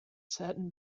satin